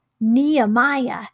Nehemiah